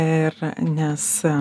ir nes